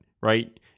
right